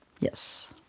Yes